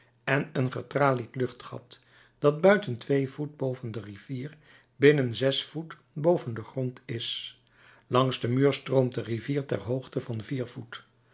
en een getralied luchtgat dat buiten twee voet boven de rivier binnen zes voet boven den grond is langs den muur stroomt de rivier ter hoogte van vier voet